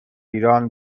ایران